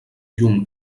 llum